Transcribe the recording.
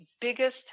biggest